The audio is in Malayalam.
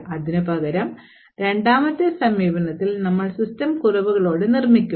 അതിനുപകരം രണ്ടാമത്തെ സമീപനത്തിൽ നമ്മൾ സിസ്റ്റം കുറവുകളോടെ നിർമ്മിക്കും